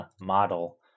model